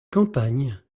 campagnes